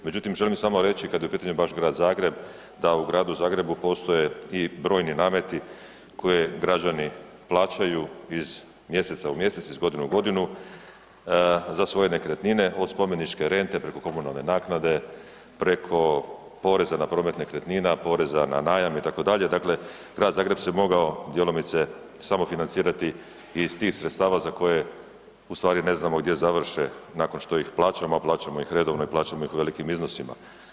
Međutim, želim samo reći kad je u pitanju baš Grad Zagreb, da u Gradu Zagrebu postoje i brojni nameti koje građani plaćaju iz mjeseca u mjesec, iz godine u godinu za svoje nekretnine, od spomeničke rente preko komunalne naknade, preko poreza na promet nekretnina, poreza na najam itd., dakle Grad Zagreb se mogao djelomice samofinancirati iz tih sredstava za koje u stvari ne znamo gdje završe nakon što ih plaćamo, a plaćamo ih redovno i plaćamo ih u velikim iznosima.